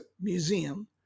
Museum